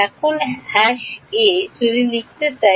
এখন a যদি লিখতে চাই